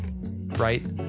right